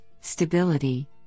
stability